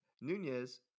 Nunez